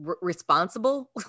responsible